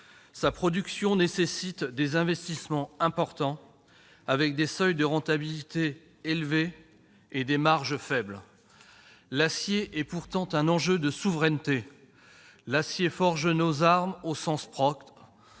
Sa production nécessite des investissements importants, avec des seuils de rentabilité élevés et des marges faibles. L'acier est pourtant un enjeu de souveraineté. Il forge nos armes, au sens propre.